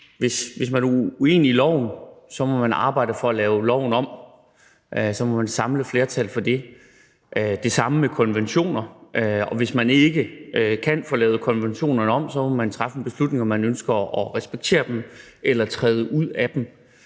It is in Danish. hvis man er uenig i loven, må man arbejde for at lave loven om. Og så må man samle et flertal for det. Det samme med konventioner. Og hvis man ikke kan få lavet konventionerne om, må man træffe en beslutning, om man ønsker at respektere dem eller træde ud af dem.